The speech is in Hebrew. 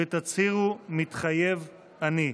ותצהירו: "מתחייב אני".